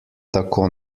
tako